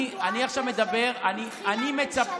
אני לא מבינה, זה לא מריח רע?